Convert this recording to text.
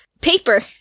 Paper